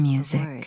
Music